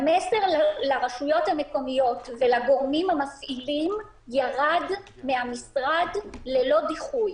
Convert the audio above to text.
המסר לרשויות המקומיות ולגורמים המפעילים ירד מהמשרד ללא דיחוי.